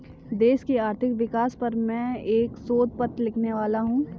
देश की आर्थिक विकास पर मैं एक शोध पत्र लिखने वाला हूँ